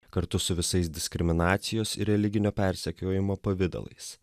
kartu su visais diskriminacijos ir religinio persekiojimo pavidalais